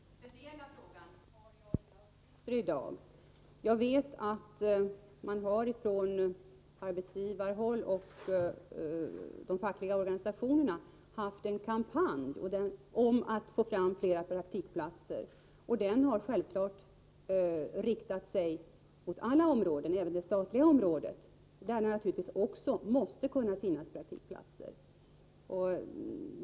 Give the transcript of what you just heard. Herr talman! När det gäller den speciella frågan har jag inga uppgifter i dag. Jag vet att man på arbetsgivarhåll och från de fackliga organisationernas sida har haft en kampanj för att få fram flera praktikplatser. Självfallet har kampanjen varit inriktad på alla områden, även på det statliga området. Även där måste det kunna finnas praktikplatser.